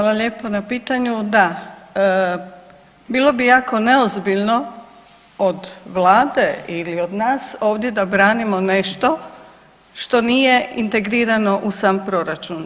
Hvala lijepa na pitanju, da bilo bi jako neozbiljno od Vlade ili od nas ovdje da branimo nešto što nije integrirano u sam proračun.